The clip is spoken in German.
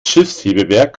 schiffshebewerk